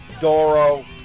Doro